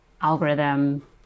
algorithm